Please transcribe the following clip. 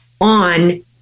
on